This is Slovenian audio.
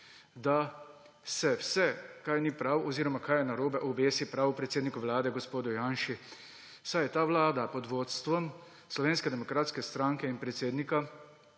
da se vse, kar ni prav oziroma kar je narobe, obesi prav predsedniku Vlade gospodu Janši, saj je ta vlada pod vodstvom Slovenske demokratske stranke in predsednika